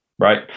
Right